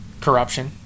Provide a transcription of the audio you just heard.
corruption